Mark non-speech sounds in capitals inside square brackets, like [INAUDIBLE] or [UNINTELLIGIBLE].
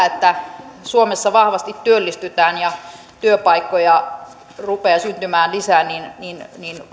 [UNINTELLIGIBLE] että suomessa vahvasti työllistytään ja työpaikkoja rupeaa syntymään lisää